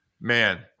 man